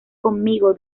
conmigo